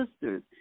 sisters